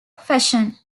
fashion